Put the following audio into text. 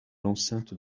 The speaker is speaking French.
l’enceinte